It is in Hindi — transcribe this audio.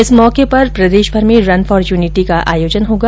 इस मौके पर प्रदेशभर में रन फोर यूनिटी का आयोजन होगा